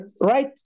Right